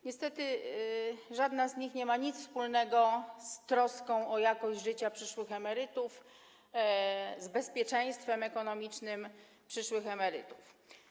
Niestety żadna z nich nie ma nic wspólnego z troską o jakość życia przyszłych emerytów, z bezpieczeństwem ekonomicznym przyszłych emerytów.